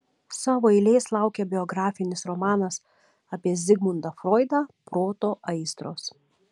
savo eilės laukia biografinis romanas apie zigmundą froidą proto aistros